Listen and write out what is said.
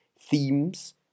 themes